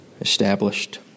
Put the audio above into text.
Established